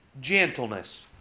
gentleness